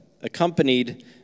accompanied